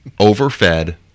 overfed